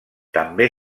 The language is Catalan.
també